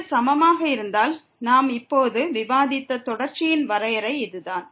இது சமமாக இருந்தால் நாம் இப்போது விவாதித்த தொடர்ச்சியின் வரையறை இதுதான்